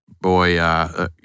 boy